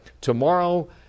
tomorrow